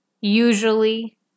usually